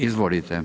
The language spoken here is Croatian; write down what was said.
Izvolite.